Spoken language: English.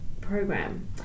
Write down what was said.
program